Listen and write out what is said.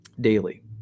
daily